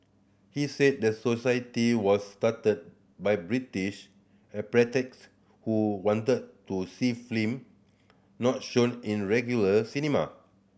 he said the society was started by British who wanted to see not shown in regular cinema